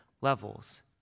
levels